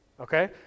okay